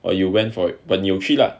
but you went for it but 你有去啦